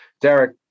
Derek